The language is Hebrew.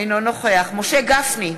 אינו נוכח משה גפני,